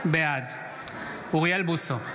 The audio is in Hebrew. בעד אוריאל בוסו,